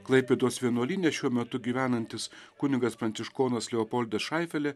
klaipėdos vienuolyne šiuo metu gyvenantis kunigas pranciškonas leopoldas šaifelė